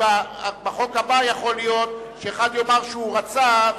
יכול להיות שבחוק הבא אחד יאמר שהוא רצה,